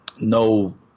No